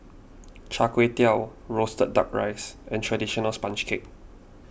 Char Kway Teow Roasted Duck Rice and Traditional Sponge Cake